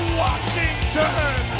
washington